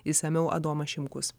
išsamiau adomas šimkus